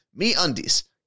MeUndies